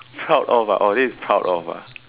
proud of ah orh this is proud of ah